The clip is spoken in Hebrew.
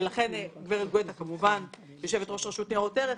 גברת גואטה, יושבת-ראש ניירות ערך,